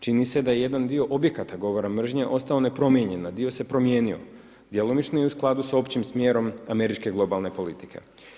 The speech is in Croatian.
Čini se da je jedan dio objekata govora mržnje ostao nepromijenjen, a dio se promijenio, djelomično i u skladu s općim smjerom američke globalne politike.